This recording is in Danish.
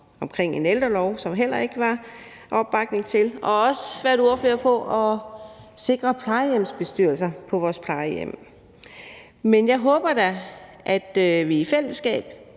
om en ældrelov, som der heller ikke var opbakning til, og jeg har også været ordfører for at sikre plejehjemsbestyrelser på vores plejehjem. Men jeg håber da, at vi i fællesskab